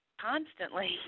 constantly